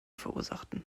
verursachten